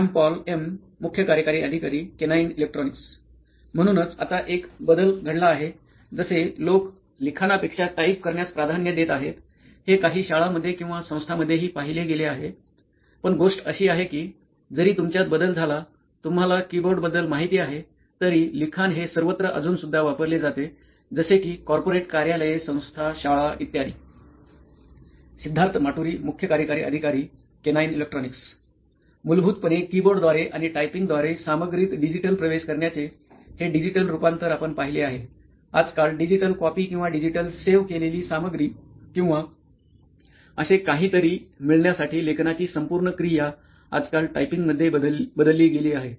Shyam Paul M मुख्य कार्यकारी अधिकारी केनाईन इलेक्ट्रॉनीक्स म्हणूनच आता एक बदल घडला आहे जसे लोक लिखाणापेक्षा टाईप करण्यास प्राधान्य देत आहेत हे काही शाळांमध्ये किंवा संस्थांमध्येही पाहिले गेले आहे पण गोष्ट अशी आहे कि जरी तुमच्यात बदल झाला तुम्हाला कीबोर्डबद्दल माहिती आहे तरी लिखाण हे सर्वत्र अजून सुद्धा वापरले जाते जसे कि कॉर्पोरेट कार्यालये संस्था शाळा ई सिद्धार्थ माटुरी मुख्य कार्यकारी अधिकारी केनाईन इलेक्ट्रॉनीक्स मूलभूतपणे कीबोर्डद्वारे आणि टाइपिंगद्वारे सामग्रीत डिजिटल प्रवेश करण्याचे हे डिजिटल रूपांतर आपण पाहिले आहे आजकाल डिजिटल कॉपी किंवा डिजिटल सेव्ह केलेली सामग्री किंवा असे काहीतरी मिळण्यासाठी लेखनाची संपूर्ण क्रिया आजकाल टायपिंग मध्ये बदलली गेली आहे